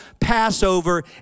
Passover